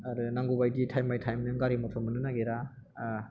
आरो नांगौबायदि time by time नों गारि मथर मोननो नागिरा